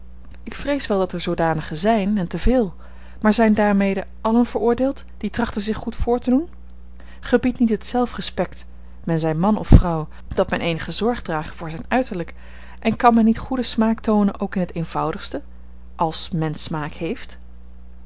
ik vrees wel dat er zoodanigen zijn en te veel maar zijn daarmede allen veroordeeld die trachten zich goed voor te doen gebiedt niet het zelf respect men zij man of vrouw dat men eenige zorg drage voor zijn uiterlijk en kan men niet goeden smaak toonen ook in het eenvoudigste als men smaak heeft